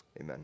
Amen